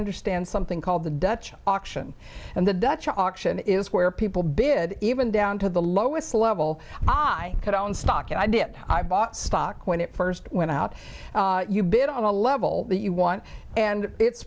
understand something called the dutch auction and the dutch auction is where people bid even down to the lowest level i could own stock i did i bought stock when it first went out you bid on a level that you want and it's